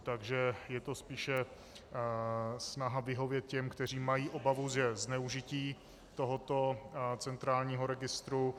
Takže je to spíše snaha vyhovět těm, kteří mají obavu ze zneužití tohoto centrálního registru.